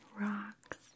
rocks